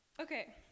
Okay